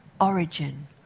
origin